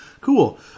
cool